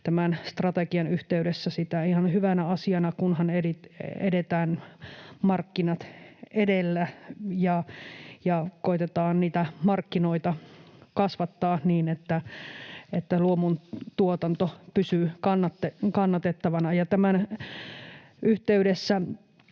tämän strategian yhteydessä sitä ihan hyvänä asiana, kunhan edetään markkinat edellä ja koetetaan niitä markkinoita kasvattaa niin, että luomutuotanto pysyy kannattavana. Ja tämän yhteydessä